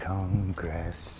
Congress